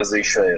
וזה יישאר.